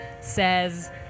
says